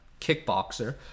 kickboxer